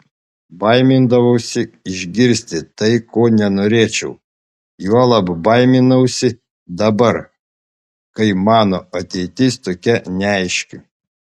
baimindavausi išgirsti tai ko nenorėčiau juolab baiminausi dabar kai mano ateitis tokia neaiški